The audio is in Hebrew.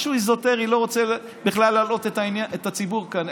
משהו אזוטרי, לא רוצה בכלל להלאות את הציבור כאן.